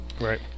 Right